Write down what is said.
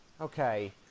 okay